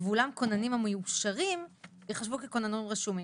ואולם כוננים המאושרים יחשבו ככוננים רשומים".